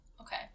Okay